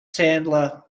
sandler